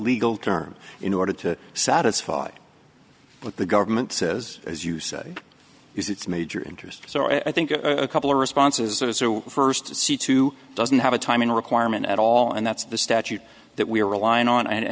legal term in order to satisfy what the government says as you say is its major interest so i think a couple of responses first to see two doesn't have a time in requirement at all and that's the statute that we're relying on